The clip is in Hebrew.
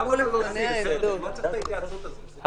למה צריך את ההתייעצות הזאת?